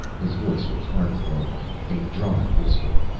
his voice was hardly audible, a dry whisper.